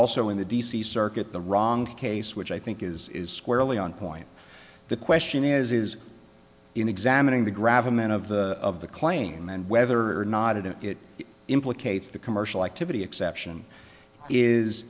also in the d c circuit the wrong case which i think is is squarely on point the question is is in examining the gravel meant of the of the claim and whether or not it it implicates the commercial activity exception is